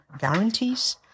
guarantees